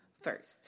first